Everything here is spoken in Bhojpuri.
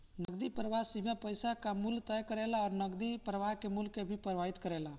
नगदी प्रवाह सीमा पईसा कअ मूल्य तय करेला अउरी नगदी प्रवाह के मूल्य के भी प्रभावित करेला